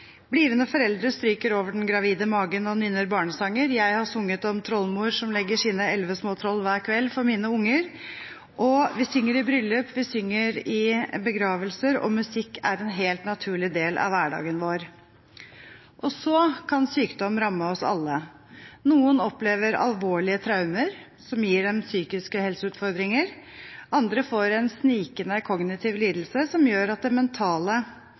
Blivende foreldre stryker over den gravide magen og nynner barnesanger, jeg har sunget om trollmor som legger sine elleve små troll, hver kveld for mine unger. Vi synger i bryllup, vi synger i begravelser, og musikk er en helt naturlig del av hverdagen vår. Så kan sykdom ramme oss alle. Noen opplever alvorlige traumer som gir dem psykiske helseutfordringer. Andre får en snikende kognitiv lidelse som gjør at det mentale